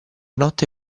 notte